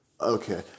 Okay